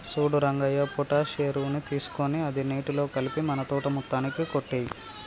సూడు రంగయ్య పొటాష్ ఎరువుని తీసుకొని అది నీటిలో కలిపి మన తోట మొత్తానికి కొట్టేయి